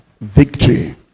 victory